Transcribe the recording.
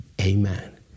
Amen